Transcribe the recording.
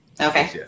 Okay